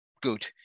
good